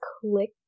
click